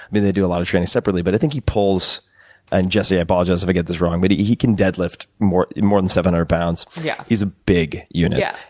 i mean, they do a lot of training separately. but, i think he pulls and, jesse i apologize if i get this wrong, but he can dead lift more more than seven hundred um lbs. yeah. he's a big unit. yeah.